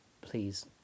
please